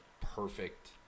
perfect